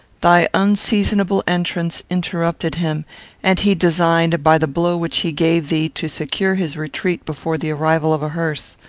thy unseasonable entrance interrupted him and he designed, by the blow which he gave thee, to secure his retreat before the arrival of a hearse.